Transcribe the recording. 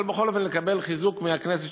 אבל בכל אופן לקבל חיזוק מהכנסת,